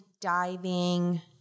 diving